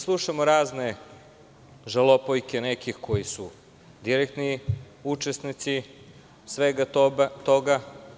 Slušamo razne žalopojke nekih koji su direktni učesnici svega toga.